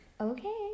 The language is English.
Okay